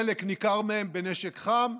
חלק ניכר מהם בנשק חם,